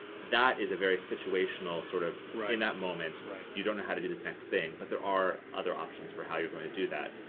that is a very situational sort of in that moment you don't know how to do this next thing. but there are other options for how you're going to do that.